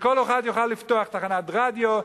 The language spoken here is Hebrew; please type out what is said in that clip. שכל אחד יוכל לפתוח תחנת רדיו,